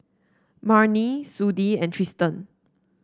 Marnie Sudie and Tristan